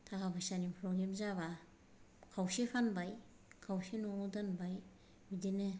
थाखा फैसानि प्रब्लेम जाबा खावसे फानबाय खावसे न'आव दोनबाय बिदिनो